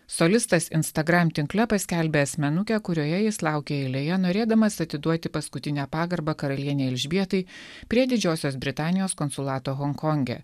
solistas instagram tinkle paskelbė asmenukę kurioje jis laukė eilėje norėdamas atiduoti paskutinę pagarbą karalienei elžbietai prie didžiosios britanijos konsulato honkonge